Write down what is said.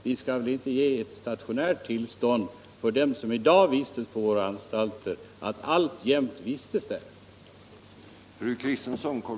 Vi skall väl inte skapa ett stationärt tillstånd för dem som i dag vistas på våra anstalter.